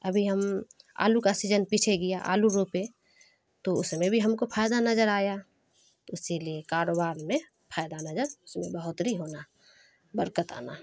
ابھی ہم آلو کا سیزن پیچھے گیا آلو روپے تو اس میں بھی ہم کو فائدہ نظر آیا تو اسی لیے کاروبار میں فائدہ نظر اس میں بہوتری ہونا برکت آنا